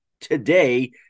today